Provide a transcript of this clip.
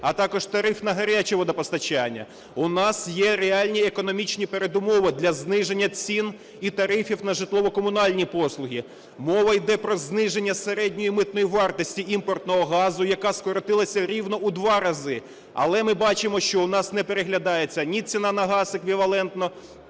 а також тариф на гаряче водопостачання. У нас є реальні економічні передумови для зниження цін і тарифів на житлово-комунальні послуги. Мова іде про зниження середньої митної вартості імпортного газу, яка скоротилася рівно у два рази. Але ми бачимо, що у нас не переглядається ні ціна на газ еквівалентно,